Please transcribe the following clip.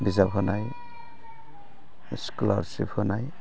बिजाब होनाय स्क'लारसिप होनाय